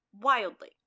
wildly